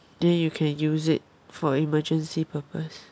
then you can use it for emergency purpose